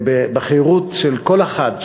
בחירותו של כל אחד,